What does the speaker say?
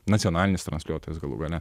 nacionalinis transliuotojas galų gale